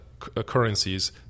currencies